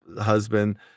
husband